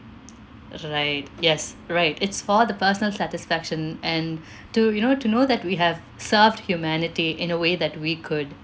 right yes right it's for the personal satisfaction and to you know to know that we have served humanity in a way that we could